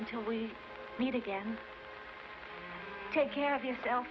until we meet again take care of yourself